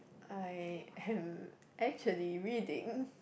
I am actually reading